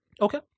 Okay